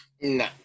No